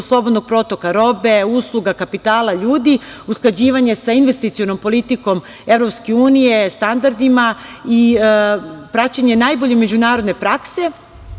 slobodnog protoka robe, usluga, kapitala, ljudi, usklađivanje sa investicionom politikom EU, standardima i praćenje najbolje međunarodne prakse. Takođe